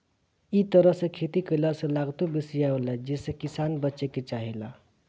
इ तरह से खेती कईला से लागतो बेसी आवेला जेसे किसान बचे के चाहेला